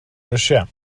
brysia